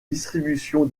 distribution